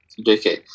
JK